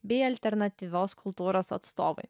bei alternatyvios kultūros atstovai